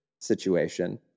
situation